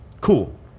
Cool